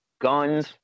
guns